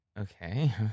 Okay